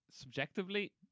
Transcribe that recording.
subjectively